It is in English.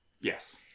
Yes